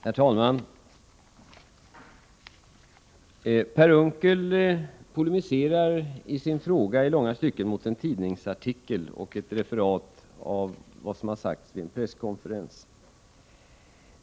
Herr talman! Per Unckel polemiserar i sin fråga i långa stycken mot en tidningsartikel och ett referat av vad som har sagts vid en presskonferens.